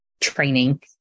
training